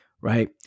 right